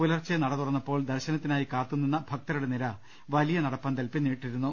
പുലർച്ചെ നട തുറന്നപ്പോൾ ദർശനത്തിനായി കാത്തു നിന്ന ഭക്തരുടെ നിര വലിയ നടപ്പന്തൽ പിന്നിട്ടിരുന്നു